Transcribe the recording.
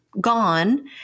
gone